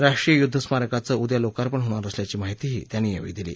राष्ट्रीय युद्ध स्मारकाचं उद्या लोकार्पण होणार असल्याची माहिती त्यांनी यावेळी दिली